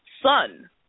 son